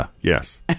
yes